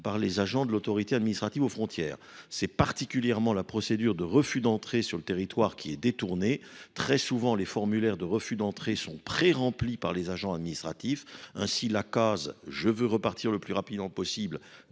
par les agents de l’autorité administrative aux frontières. En particulier, la procédure de refus d’entrée sur le territoire est détournée. En effet, les formulaires de refus d’entrée sont très souvent préremplis par les agents administratifs. Ainsi, la case « je veux repartir le plus rapidement possible »,